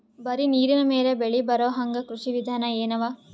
ಬರೀ ನೀರಿನ ಮೇಲೆ ಬೆಳಿ ಬರೊಹಂಗ ಕೃಷಿ ವಿಧಾನ ಎನವ?